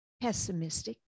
pessimistic